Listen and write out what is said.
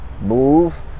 move